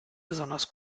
besonders